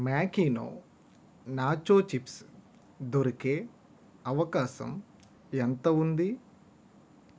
Makino nacho chips దొరికే అవకాశం ఎంత ఉంది